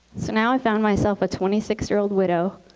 so now i found myself a twenty six year old widow,